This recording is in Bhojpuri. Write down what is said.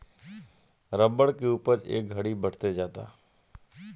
रबर के उपज ए घड़ी बढ़ते जाता